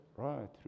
right